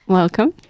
welcome